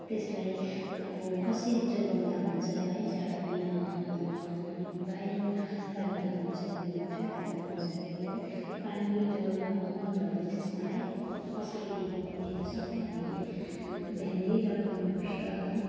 त्यसलाई अब कसरी जोगाउँदा हुन्छ है जाडो महिनामा अब बाहिर राख्दा हुन्छ कि भित्र राख्दा हुन्छ कि है पानी जल अब मलहरू त्यसमा है कसरी दिनुपर्ने त्यो सबै हामीले ध्यान दिएर गर्नुपर्छ है